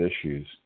issues